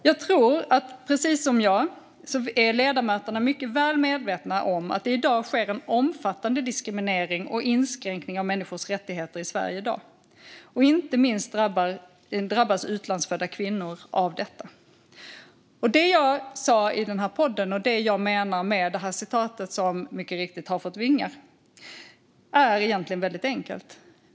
Jag tror att ledamöterna precis som jag är mycket väl medvetna om att det i dag sker en omfattande diskriminering och inskränkning av människors rättigheter i Sverige. Inte minst drabbas utlandsfödda kvinnor av detta. Det jag sa i podden och det jag menade i det citat som mycket riktigt har fått vingar är egentligen väldigt enkelt.